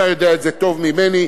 אתה יודע את זה טוב ממני.